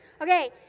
Okay